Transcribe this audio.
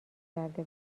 کرده